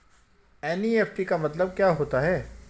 NEFT का मतलब क्या होता है?